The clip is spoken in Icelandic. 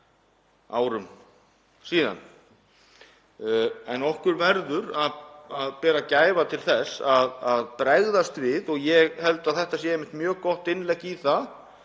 árum síðan. Við verðum að bera gæfu til þess að bregðast við og ég held að þetta sé einmitt mjög gott innlegg í það.